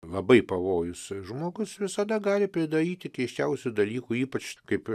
labai pavojus žmogus visada gali pridaryti keisčiausių dalykų ypač kaip